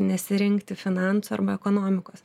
nesirinkti finansų arba ekonomikos